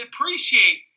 appreciate